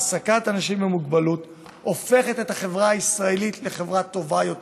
העסקת אנשים עם מוגבלות הופכת את החברה הישראלית לחברה טובה יותר,